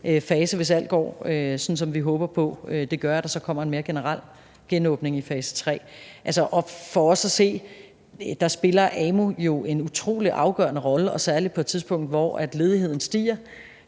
fase. Hvis alt går, som vi håber på det gør, så kommer der en mere generel genåbning i fase tre. For os at se spiller amu en utrolig afgørende rolle og særlig på et tidspunkt, hvor ledigheden stiger,